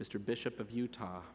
mr bishop of utah